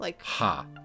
ha